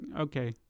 Okay